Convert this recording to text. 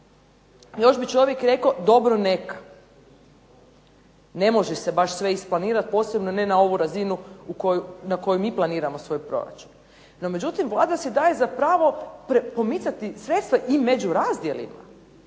još bi čovjek rekao, dobro neka, ne može se baš sve isplanirati, posebno ne na ovu razinu na koju mi planiramo svoj proračun. Međutim, Vlada si daje za pravo pomicati sredstva i među razdjelima.